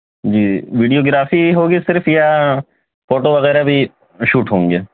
جی videography ہوگی صرف یا فوٹو وغیرہ بھی شوٹ ہوں گے